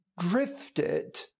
drifted